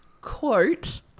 quote